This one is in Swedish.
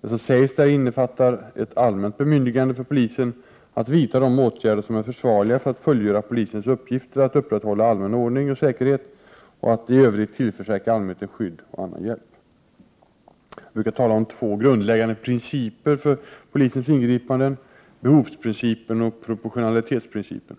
Det som sägs där innefattar ett allmänt bemyndigande för polisen att vidta de åtgärder som är försvarliga för att fullgöra polisens uppgifter att upprätthålla allmän ordning och säkerhet samt att i övrigt tillförsäkra allmänheten skydd och annan hjälp. Man brukar här tala om två grundläggande principer för polisens ingripanden — behovsprincipen och proportionalitetsprincipen.